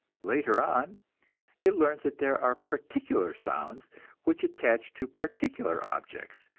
later on it learns that there are particular sounds which attach to particular objects,